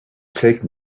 take